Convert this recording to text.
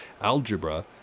Algebra